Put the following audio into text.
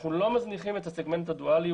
אנחנו לא מזניחים את הסגמנט הדואלי,